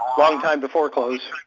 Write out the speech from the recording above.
long time to foreclose.